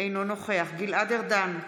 אינו נוכח גלעד ארדן,